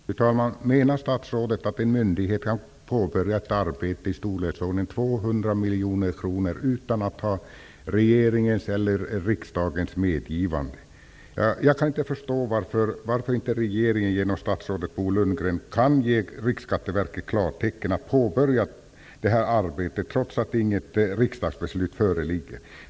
Fru talman! Menar statsrådet att en myndighet kan påbörja ett arbete i storleksordningen 200 miljoner kronor utan att ha regeringens eller riksdagens medgivande? Jag kan inte förstå varför inte regeringen genom statsrådet Bo Lundgren kan ge Riksskatteverket klartecken att påbörja detta arbete, trots att inte något riksdagsbeslut föreligger.